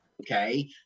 Okay